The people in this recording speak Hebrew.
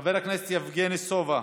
חבר הכנסת יבגני סובה,